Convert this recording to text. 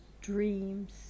dreams